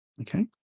okay